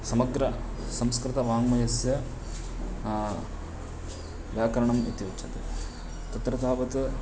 समग्रसंस्कृतवाङ्मयस्य व्याकरणम् इति उच्यते तत्र तावत्